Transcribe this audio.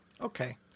Okay